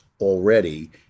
already